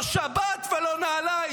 לא שבת ולא נעליים.